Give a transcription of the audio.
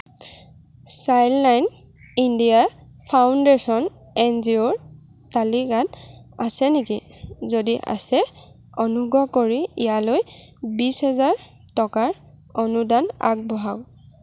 Childline India foundation এনজিঅ'ৰ তালিকাত আছে নেকি যদি আছে অনুগ্ৰহ কৰি ইয়ালৈ বিশ হাজাৰ টকাৰ অনুদান আগবঢ়াওক